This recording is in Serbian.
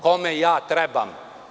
Kome ja trebam?